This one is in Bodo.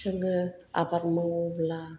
जोङो आबाद मावोब्ला